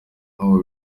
aho